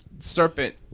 serpent